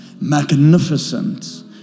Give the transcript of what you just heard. Magnificent